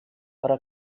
però